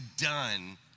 done